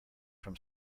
from